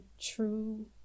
true